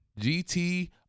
GT